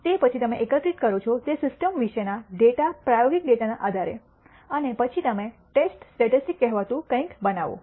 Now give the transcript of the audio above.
તે પછી તમે એકત્રિત કરો છો તે સિસ્ટમ વિશેના ડેટા પ્રાયોગિક ડેટાના આધારે અને પછી તમે ટેસ્ટ સ્ટેટિસ્ટિક્સ કહેવાતું કંઈક બનાવો